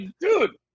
dude